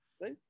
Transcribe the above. right